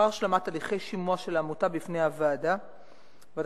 לאחר השלמת הליכי שימוע של העמותה בפני ועדת התמיכות,